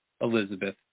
Elizabeth